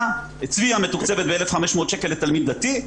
"צביה" מתוקצבת ב-1,500 שקל לתלמיד דתי,